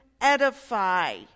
edify